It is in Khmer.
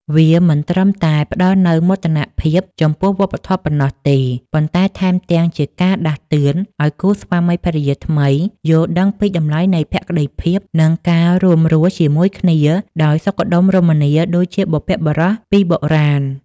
វាមិនត្រឹមតែផ្តល់នូវមោទនភាពចំពោះវប្បធម៌ប៉ុណ្ណោះទេ ប៉ុន្តែថែមទាំងជាការដាស់តឿនឱ្យគូស្វាមីភរិយាថ្មីយល់ដឹងពីតម្លៃនៃភក្តីភាព និងការរួមរស់ជាមួយគ្នាដោយសុខដុមរមនាដូចជាបុព្វបុរសពីបុរាណ។